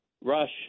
Rush